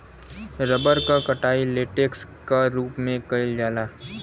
rubber क कटाई latex क रूप में कइल जाला